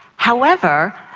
however,